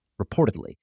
reportedly